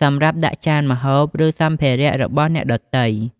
សម្រាប់ដាក់ចានម្ហូប ឬសម្ភារៈរបស់អ្នកដទៃ។